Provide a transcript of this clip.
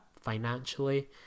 financially